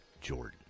Jordan